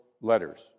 letters